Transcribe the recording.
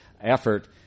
effort